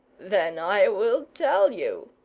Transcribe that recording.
then i will tell you,